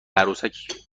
عروسکی